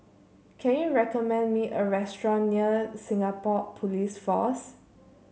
can you recommend me a restaurant near Singapore Police Force